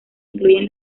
incluyen